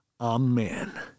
Amen